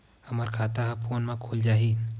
हमर खाता ह फोन मा खुल जाही?